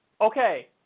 Okay